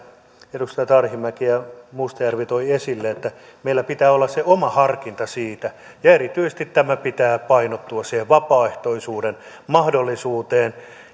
edustajat arhinmäki ja mustajärvi toivat esille että meillä pitää olla se oma harkinta siitä ja erityisesti tämän pitää painottua siihen vapaaehtoisuuden mahdollisuuteen